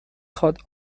خواد